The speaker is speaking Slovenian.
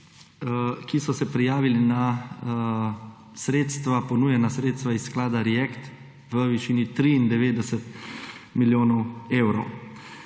ki so se prijavili na ponujena sredstva iz sklada React v višini 93 milijonov evrov.